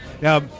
Now